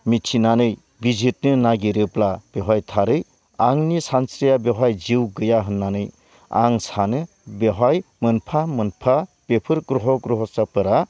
मिथिनानै बिजिरनो नागिरोब्ला बेवहाय थारै आंनि सानस्रिया बेवहाय जिउ गैया होननानै आं सानो बेवहाय मोनफा मोनफा बेफोर ग्रह' ग्रह'साफोरा